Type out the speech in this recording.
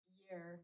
year